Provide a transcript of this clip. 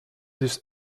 this